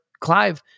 Clive